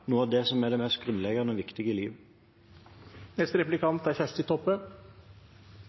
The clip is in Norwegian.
noe av det som er det mest grunnleggende og viktige